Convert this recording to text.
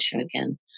again